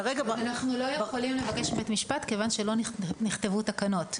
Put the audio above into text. כרגע --- אנחנו לא יכולים לבקש מבית משפט כיוון שלא נכתבו תקנות.